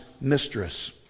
mistress